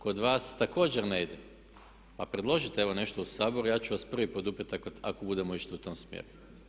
Kod vas također ne ide, pa predložite evo nešto u Saboru, ja ću vas prvi poduprijeti ako budemo išli u tom smjeru.